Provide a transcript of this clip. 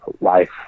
life